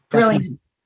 Brilliant